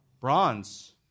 bronze